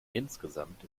insgesamt